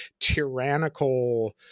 tyrannical